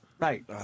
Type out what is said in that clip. Right